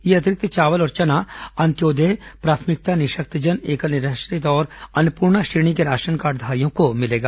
ये अतिरिक्त चावल और चना अंत्योदय प्राथमिकता निःशक्तजन एकल निराश्रित और अन्नपूर्णा श्रेणी के राशन कार्डधारियों को मिलेगा